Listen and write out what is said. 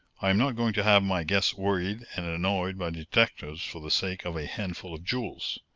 i am not going to have my guests worried and annoyed by detectives for the sake of a handful of jewels.